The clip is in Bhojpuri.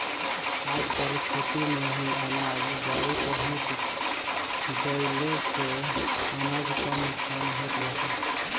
आजकल खेते में ही अनाज गाड़ी पहुँच जईले से अनाज कम नुकसान होत बाटे